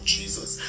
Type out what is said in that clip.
Jesus